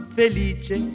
felice